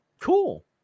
Cool